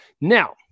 Now